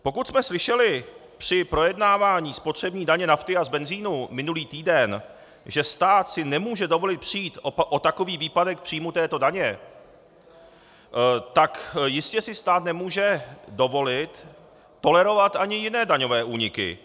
Pokud jsme při projednávání spotřební daně z nafty a benzinu minulý týden slyšeli, že stát si nemůže dovolit přijít o takový výpadek příjmu z této daně, tak jistě si stát nemůže dovolit tolerovat ani jiné daňové úniky.